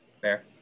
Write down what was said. Fair